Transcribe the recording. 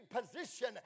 position